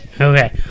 okay